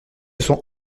sont